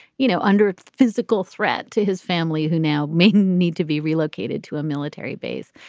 you know, under physical threat to his family, who now may need to be relocated to a military base.